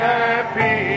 happy